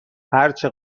هرچه